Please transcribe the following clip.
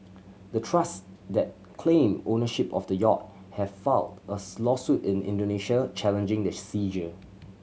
the trust that claim ownership of the yacht have filed a lawsuit in Indonesia challenging the seizure